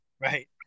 Right